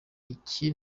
iki